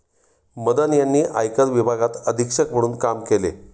मदन यांनी आयकर विभागात अधीक्षक म्हणून काम केले